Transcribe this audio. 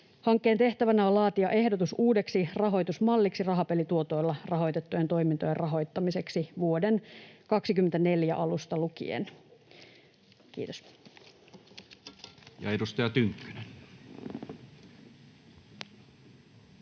Hankkeen tehtävänä on laatia ehdotus uudeksi rahoitusmalliksi rahapelituotoilla rahoitettujen toimintojen rahoittamiseksi vuoden 24 alusta lukien. — Kiitos. Edustaja Tynkkynen.